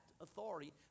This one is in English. authority